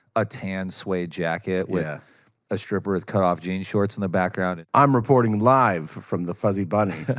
a tan suede jacket with a stripper with cut-off jean shorts in the background. i'm reporting live from the fuzzy bunny.